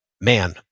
man